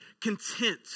content